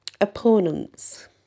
opponents